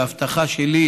בהבטחה שלי,